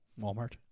Walmart